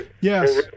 Yes